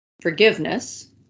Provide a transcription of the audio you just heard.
forgiveness